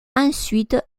ensuite